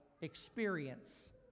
experience